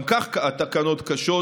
גם כך התקנות קשות,